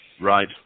Right